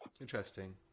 Interesting